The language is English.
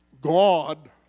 God